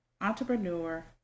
entrepreneur